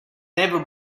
never